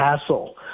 hassle